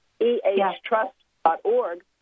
ehtrust.org